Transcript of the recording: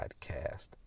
Podcast